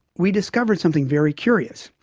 we discovered something very curious.